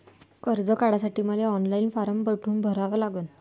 कर्ज काढासाठी मले ऑनलाईन फारम कोठून भरावा लागन?